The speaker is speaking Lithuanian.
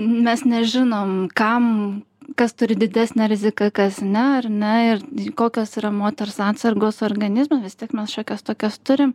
mes nežinom kam kas turi didesnę riziką kas ne ar ne ir kokios yra moters atsargos organizme vis tiek mes šiokias tokias turim